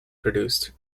produced